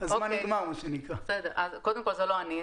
קודם כל זה לא אני,